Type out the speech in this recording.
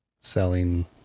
selling